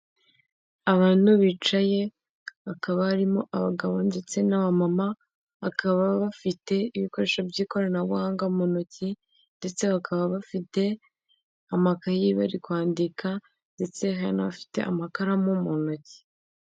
Abantu bicaye hakaba harimo abagabo ndetse n'abamama, bakaba bafite ibikoresho by'ikoranabuhanga mu ntoki ndetse bakaba bafite amakayi bari kwandika ndetse hari n'abafite amakaramu mu ntoki.